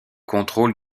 contrôle